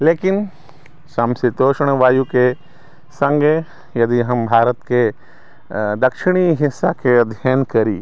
लेकिन समशीतोष्ण वायुके सङ्गहि यदि हम भारतके दक्षिणी हिस्साके यदि हम अध्ययन करी